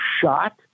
shot